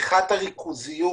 ופתיחת הריכוזיות,